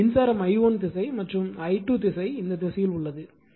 இப்போது மின்சாரம் i1 திசை மற்றும் i2 திசை இந்த திசையில் உள்ளது